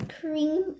cream